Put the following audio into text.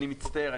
אני מצטער,